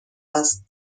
است